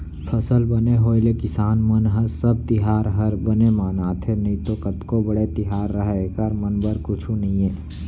फसल बने होय ले किसान मन ह सब तिहार हर बने मनाथे नइतो कतको बड़े तिहार रहय एकर मन बर कुछु नइये